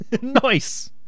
Nice